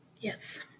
Yes